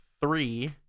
three